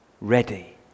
ready